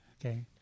Okay